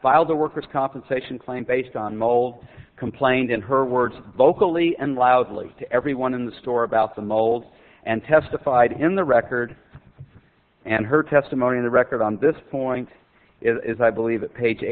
filed a worker's compensation claim based on mold complained in her words vocally and loudly to everyone in the store about the mold and testified in the record and her testimony in the record on this point is i believe that page